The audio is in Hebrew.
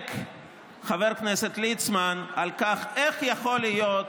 מזדעק חבר הכנסת ליצמן, איך יכול להיות